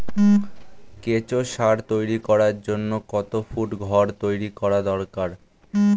কেঁচো সার তৈরি করার জন্য কত ফুট ঘর তৈরি করা দরকার?